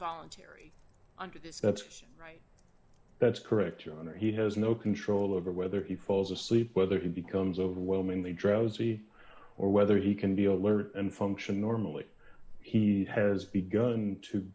voluntary under this that's right that's correct your honor he has no control over whether he falls asleep whether he becomes overwhelmingly drowsy or whether he can be aware and function normally he has begun to